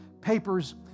papers